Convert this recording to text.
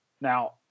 Now